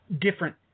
different